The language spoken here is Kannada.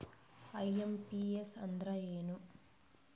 ಐ.ಎಂ.ಪಿ.ಎಸ್ ಅಂದ್ರ ಏನು?